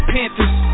Panthers